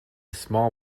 small